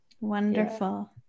wonderful